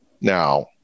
now